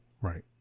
right